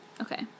Okay